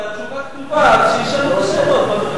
הרי התשובה כתובה, אז שישאלו את השאלות.